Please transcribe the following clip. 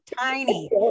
tiny